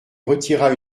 retira